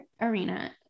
Arena